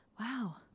Wow